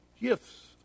gifts